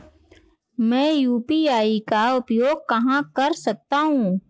मैं यू.पी.आई का उपयोग कहां कर सकता हूं?